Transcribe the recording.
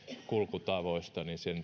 kulkutavoista